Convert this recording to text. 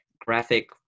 graphic